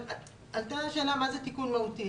עלתה השאלה מה זה תיקון מהותי.